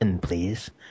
please